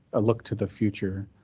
ah look to the future.